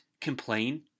complain